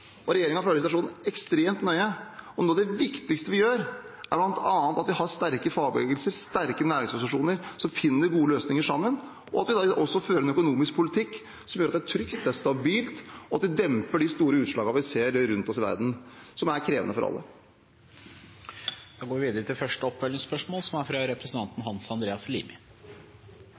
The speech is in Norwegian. ekstremt nøye, og noe av det viktigste vi gjør, er bl.a. at vi har sterke fagbevegelser og sterke næringsorganisasjoner som finner gode løsninger sammen, og at vi fører en økonomisk politikk som gjør at det er trygt, stabilt, og at vi demper de store utslagene vi ser rundt oss i verden, som er krevende for alle. Det blir oppfølgingsspørsmål – først Hans Andreas Limi. Regjeringen varslet i sin tilleggsinnstilling til